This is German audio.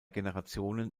generationen